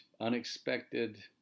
unexpected